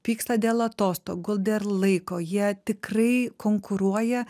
pyksta dėl atostogų dėl laiko jie tikrai konkuruoja